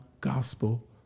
Gospel